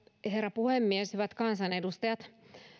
herra puhemies hyvät kansanedustajat